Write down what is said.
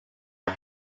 are